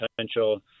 potential